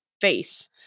face